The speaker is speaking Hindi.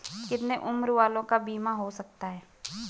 कितने उम्र वालों का बीमा हो सकता है?